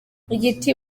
igiti